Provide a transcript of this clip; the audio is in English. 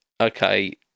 okay